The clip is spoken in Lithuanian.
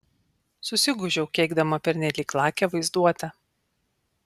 susigūžiau keikdama pernelyg lakią vaizduotę